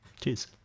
Cheers